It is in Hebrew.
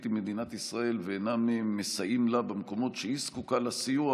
עם מדינת ישראל ואינם מסייעים לה במקומות שהיא זקוקה לסיוע,